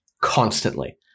Constantly